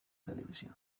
televisión